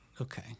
okay